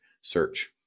search